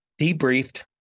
debriefed